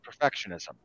perfectionism